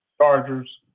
Chargers